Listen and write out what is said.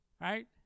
right